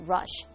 Rush 。